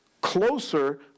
closer